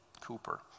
Cooper